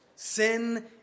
Sin